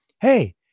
hey